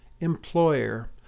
employer